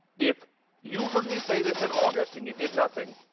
if you heard me say this in august and you did nothing,